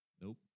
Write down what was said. Nope